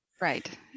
right